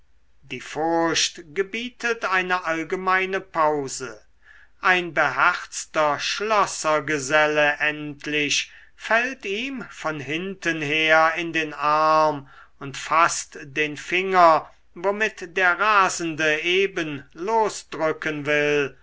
die furcht gebietet eine allgemeine pause ein beherzter schlossergeselle endlich fällt ihm von hinten her in den arm und faßt den finger womit der rasende eben losdrücken will